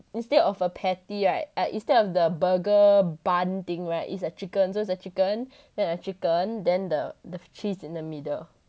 instead of a patty right instead of the burger bun thing right it's a chicken so it's a chicken then a chicken then the the cheese in the middle